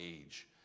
age